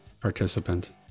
participant